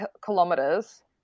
kilometers